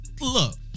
Look